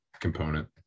component